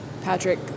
Patrick